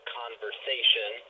conversation